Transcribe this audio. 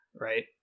Right